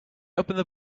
opened